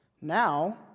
Now